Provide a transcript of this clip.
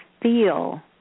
feel